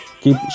Keep